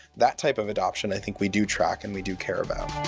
that type of adoption, i think, we do track and we do care about.